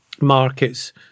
markets